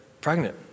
pregnant